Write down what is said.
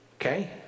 okay